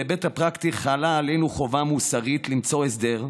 בהיבט הפרקטי חלה עלינו חובה מוסרית למצוא הסדר,